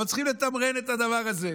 אבל צריכים לתמרן את הדבר הזה,